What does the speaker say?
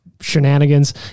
shenanigans